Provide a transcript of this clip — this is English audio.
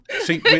see